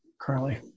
currently